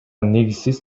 негизсиз